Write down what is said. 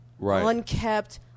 Unkept